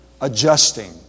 adjusting